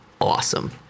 awesome